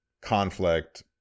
conflict